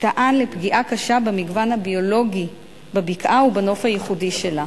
שטען לפגיעה קשה במגוון הביולוגי בבקעה ובנוף הייחודי שלה.